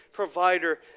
provider